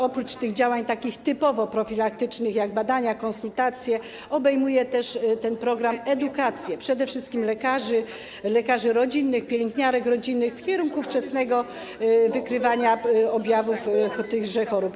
Oprócz tych działań, takich typowo profilaktycznych, jak badania, konsultacje, program ten obejmuje też edukację, przede wszystkim lekarzy, lekarzy rodzinnych, pielęgniarek rodzinnych w kierunku wczesnego wykrywania objawów tychże chorób.